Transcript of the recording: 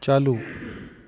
चालू